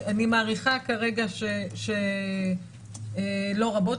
אני מעריכה כרגע שלא רבות,